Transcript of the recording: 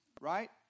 right